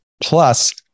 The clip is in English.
Plus